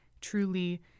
truly